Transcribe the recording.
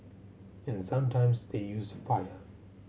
and sometimes they use fire